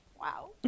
wow